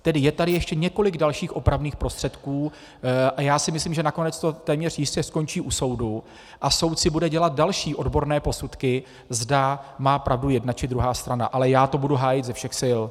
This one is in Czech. Tedy je tady ještě několik dalších opravných prostředků a já si myslím, že nakonec to téměř jistě skončí u soudu a soud si bude dělat další odborné posudky, zda má pravdu jedna, či druhá strana, ale já to budu hájit ze všech sil.